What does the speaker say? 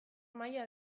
maila